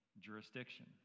jurisdiction